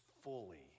fully